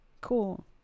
cool